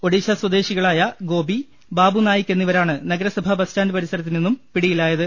ഒഡീഷാ സ്വദേശികളായ ഗോപി ബാബു നായിക്ക് എന്നിവരാണ് നഗര സഭാ ബസ്സ്റ്റാന്റ് പരിസരത്തു നിന്നും പിടിയിലായത്